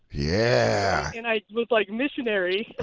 yeah! and i, like, missionary. and